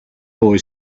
boy